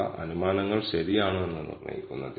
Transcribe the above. അതിനാൽ നിങ്ങൾക്ക് confidence interval നിർമ്മിക്കാൻ കഴിയും